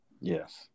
Yes